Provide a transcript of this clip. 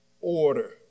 order